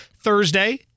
Thursday